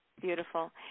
Beautiful